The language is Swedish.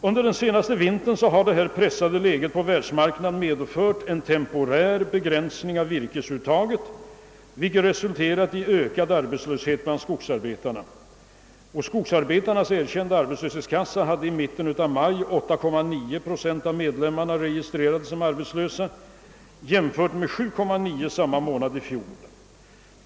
Under den senaste vintern har det pressade läget på världsmarknaden medfört en temporär begränsning av virkesuttaget vilket resulterat i ökad arbetslöshet — bland = skogsarbetarna. Skogsarbetarnas erkända arbetslöshetskassa hade i mitten av maj 8,9 procent av medlemmarna registrerade som arbetslösa jämfört med 7,9 procent samma månad i fjol.